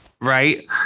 right